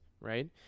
right